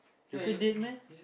joker dead meh